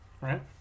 Right